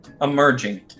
emerging